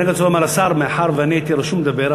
מאחר שהייתי רשום לדבר,